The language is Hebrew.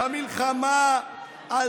את המלחמה למען מדינת ישראל אנחנו נמשיך.